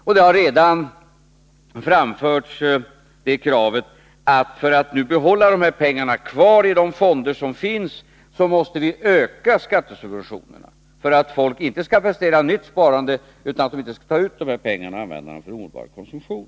Och det har redan framförts att vi, för att behålla pengarna i de fonder som finns, måste öka skattesubventionerna. Det skulle alltså inte ske för att folk skall prestera nytt sparande, utan att för att människorna inte skall ta ut dessa pengar och använda dem för omedelbar konsumtion.